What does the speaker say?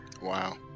Wow